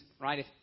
right